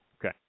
Okay